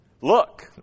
look